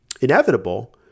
inevitable